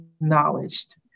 acknowledged